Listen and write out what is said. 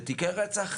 ותיקי רצח,